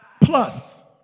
plus